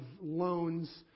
loans